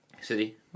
City